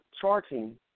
charting